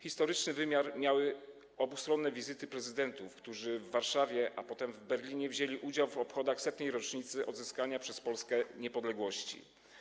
Historyczny wymiar miały obustronne wizyty prezydentów, którzy w Warszawie, a potem w Berlinie wzięli udział w obchodach 100. rocznicy odzyskania przez Polskę niepodległości.